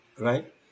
right